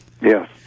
Yes